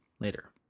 later